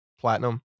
platinum